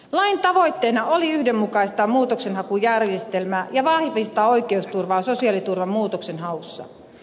lain tavoitteena oli yhdenmukaistaa muutoksenhakujärjestelmä ja vahvistaa oikeusturvaa sosiaaliturvamuutoksenhaussa